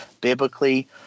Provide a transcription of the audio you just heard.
biblically